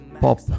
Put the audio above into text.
pop